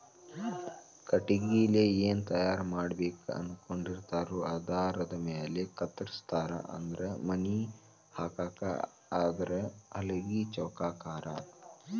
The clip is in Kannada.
ಕಟಗಿಲೆ ಏನ ತಯಾರ ಮಾಡಬೇಕ ಅನಕೊಂಡಿರತಾರೊ ಆಧಾರದ ಮ್ಯಾಲ ಕತ್ತರಸ್ತಾರ ಅಂದ್ರ ಮನಿ ಹಾಕಾಕ ಆದ್ರ ಹಲಗಿ ಚೌಕಾಕಾರಾ